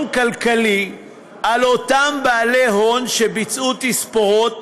כלכלי על אותם בעלי הון שביצעו תספורות